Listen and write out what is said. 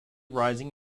rising